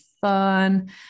fun